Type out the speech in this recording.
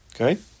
Okay